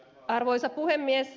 arvoisa puhemies